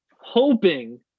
hoping